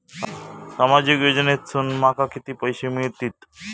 सामाजिक योजनेसून माका किती पैशे मिळतीत?